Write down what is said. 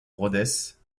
rhodes